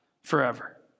forever